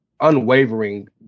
unwavering